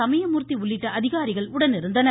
சமயமூர்த்தி உள்ளிட்ட அதிகாரிகள் உடனிருந்தனர்